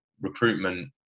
recruitment